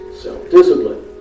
self-discipline